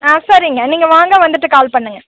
ஆ சரிங்க நீங்கள் வாங்க வந்துவிட்டு கால் பண்ணுங்கள்